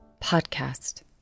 podcast